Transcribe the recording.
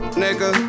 nigga